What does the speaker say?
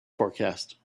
forecast